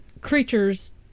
creatures